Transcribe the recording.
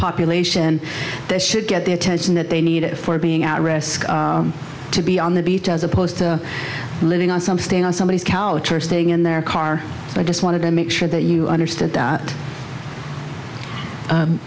population that should get the attention that they need it for being out risk to be on the beach as opposed to living on some staying on somebody's couch or staying in their car i just wanted to make sure that you understood that